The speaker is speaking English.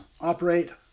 operate